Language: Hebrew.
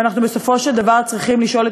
ואנחנו בסופו של דבר צריכים לשאול את